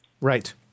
Right